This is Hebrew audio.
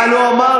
חוצפן,